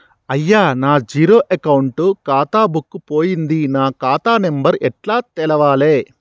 అయ్యా నా zero account ఖాతా బుక్కు పోయింది నా ఖాతా నెంబరు ఎట్ల తెలవాలే?